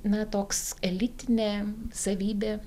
na toks elitinė savybė